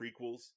prequels